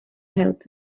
help